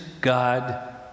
God